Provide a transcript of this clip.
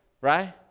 right